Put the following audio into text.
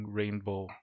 rainbow